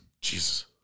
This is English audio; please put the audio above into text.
Jesus